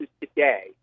today